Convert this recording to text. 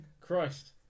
Christ